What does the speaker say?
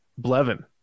Blevin